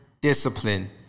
discipline